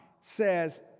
says